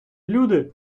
люди